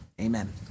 Amen